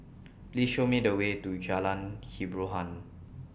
Please Show Me The Way to Jalan Hiboran